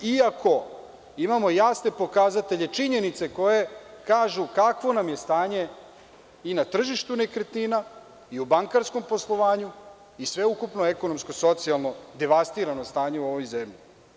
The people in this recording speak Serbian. I ako, imamo jasne pokazatelje, činjenice koje kažu kakvo nam je stanje i na tržištu nekretnina i u bankarskom poslovanju i sve ukupno ekonomsko-socijalno devastirano stanje u ovoj zemlji.